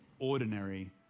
ordinary